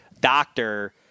doctor